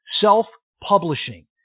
self-publishing